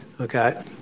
okay